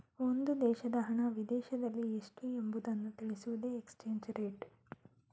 ಒಂದು ದೇಶದ ಹಣ ವಿದೇಶದಲ್ಲಿ ಎಷ್ಟು ಎಂಬುವುದನ್ನು ತಿಳಿಸುವುದೇ ಎಕ್ಸ್ಚೇಂಜ್ ರೇಟ್